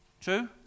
true